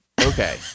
okay